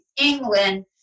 england